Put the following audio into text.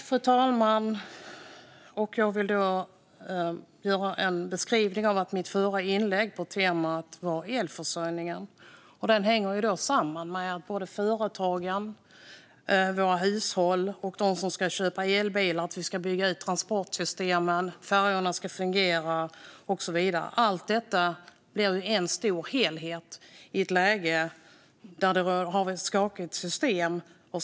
Fru talman! Temat i mitt förra inlägg var elförsörjningen. Den hänger samman med företagen, våra hushåll, de som ska köpa elbilar, att vi ska bygga ut transportsystemen, att färjorna ska fungera och så vidare. Allt detta blir en stor helhet, i ett läge där vi har ett skakigt system.